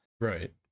Right